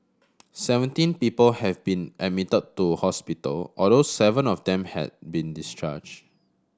seventeen people have been admitted to hospital although seven of them had been discharged